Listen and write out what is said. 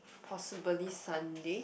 possibly Sunday